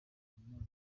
maso